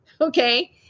Okay